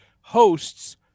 hosts